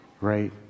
right